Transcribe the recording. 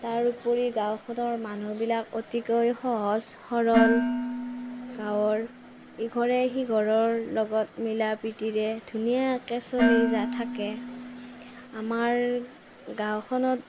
তাৰ উপৰি গাঁওখনৰ মানুহবিলাক অতিকৈ সহজ সৰল গাঁৱৰ ইঘৰে সিঘৰৰ লগত মিলা প্ৰীতিৰে ধুনীয়াকে চলি যাই থাকে আমাৰ গাঁওখনত